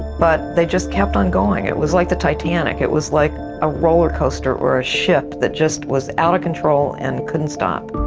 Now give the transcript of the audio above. but they just kept on going. it was like the titanic. it was like a rollercoaster or a ship that just was out of control and couldn't stop.